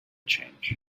change